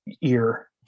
ear